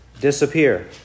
disappear